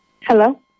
Hello